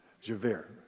Javert